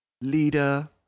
leader